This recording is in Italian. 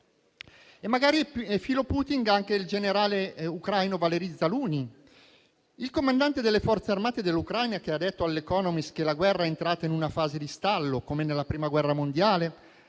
è? Magari è filo-Putin anche il generale ucraino Valeri Zaluzhn, il comandante delle forze armate dell'Ucraina, che ha detto a «The Economist» che la guerra è entrata in una fase di stallo come nella Prima guerra mondiale,